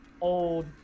old